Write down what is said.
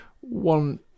One